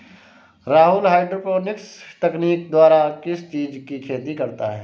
Rahul hydroponics तकनीक द्वारा किस चीज की खेती करता है?